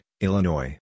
Illinois